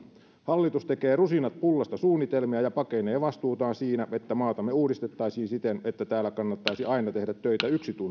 hallitus tekee rusinat pullasta suunnitelmia ja pakenee vastuutaan siinä että maatamme uudistettaisiin siten että täällä kannattaisi aina tehdä töitä yksi